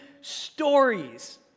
stories